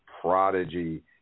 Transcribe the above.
Prodigy